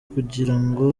kugirango